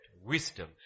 wisdom